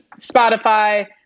Spotify